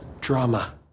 drama